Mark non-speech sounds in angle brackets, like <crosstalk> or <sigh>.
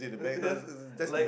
uh yeah <laughs>